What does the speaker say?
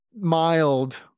mild